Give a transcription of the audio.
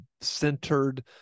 centered